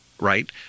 right